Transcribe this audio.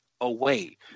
away